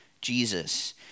Jesus